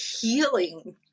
healing